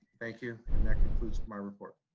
thank you and that concludes my report.